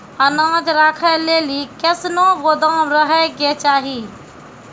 अनाज राखै लेली कैसनौ गोदाम रहै के चाही?